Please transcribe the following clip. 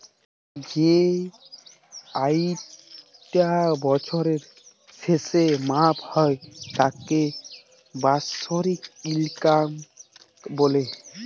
যেই আয়িটা বছরের শেসে মাপা হ্যয় তাকে বাৎসরিক ইলকাম ব্যলে